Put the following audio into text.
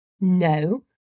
No